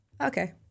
okay